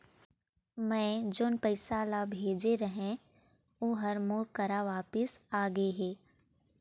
मै जोन पैसा ला भेजे रहें, ऊ हर मोर करा वापिस आ गे हे